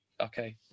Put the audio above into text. okay